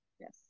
Yes